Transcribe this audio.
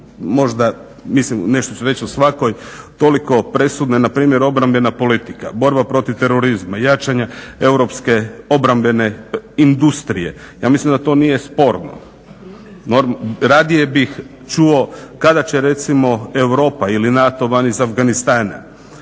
možda mislim, nešto ću reći o svakoj, toliko presudne, npr. obrambena politika, borba protiv terorizma i jačanja europske obrambene industrije. Ja mislim da to nije sporno. Radije bih čuo kada će recimo Europa ili NATO van iz Afganistana.